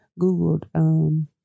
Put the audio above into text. Googled